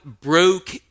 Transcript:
broke